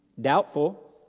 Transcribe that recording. Doubtful